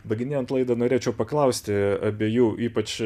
baiginėjant laidą norėčiau paklausti abiejų ypač